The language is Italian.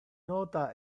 nota